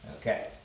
Okay